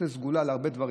זאת סגולה להרבה דברים.